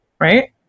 right